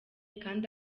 kandi